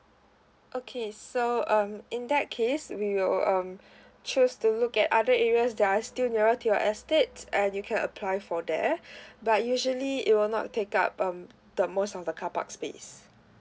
okay so um in that case we will um choose to look at other areas that are still nearer to your estates and you can apply for there but usually it will not take up um the most of the car park space